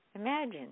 Imagine